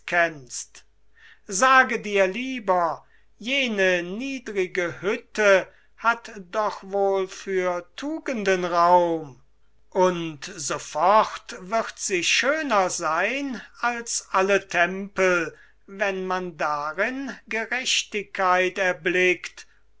kennst sage dir lieber jene niedrige hütte hat doch wohl für tugenden raum und sofort wird sie schöner sein als alle tempel wenn man darin gerechtigkeit erblickt